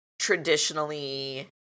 traditionally